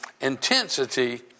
intensity